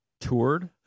toured